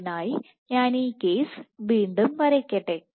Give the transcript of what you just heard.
അതിനായി ഞാൻ ഈ കേസ് വീണ്ടും വരയ്ക്കട്ടെ